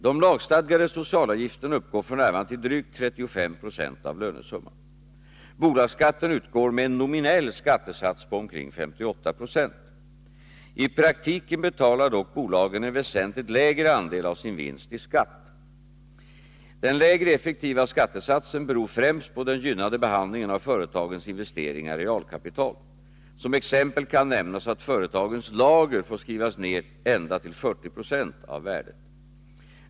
De lagstadgade socialavgifterna uppgår f. n. till drygt 35 20 av lönesumman. Bolagsskatten utgår med en nominell skattesats på omkring 58 96. I praktiken betalar dock bolagen en väsentligt lägre andel av sin vinst i skatt. Den lägre effektiva skattesatsen beror främst på den gynnade behandlingen av företagens investeringar i realkapital. Som exempel kan nämnas att företagens lager får skrivas ned ända till 40 96 av värdet.